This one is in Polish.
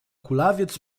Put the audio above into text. kulawiec